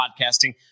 podcasting